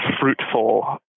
fruitful